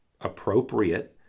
appropriate